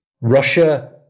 Russia